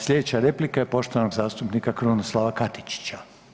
Sljedeća replika je poštovanog zastupnika Krunoslava Katičića.